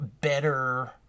better